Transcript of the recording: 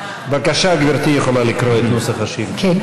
בבקשה, גברתי יכולה לקרוא את נוסח השאילתה.